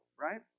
right